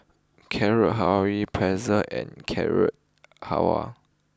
Carrot Halwa Pretzel and Carrot Halwa